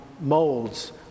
molds